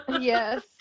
Yes